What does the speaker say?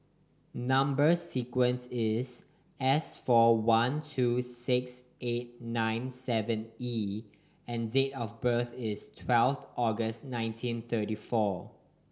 number sequence is S four one two six eight nine seven E and date of birth is twelve August nineteen thirty four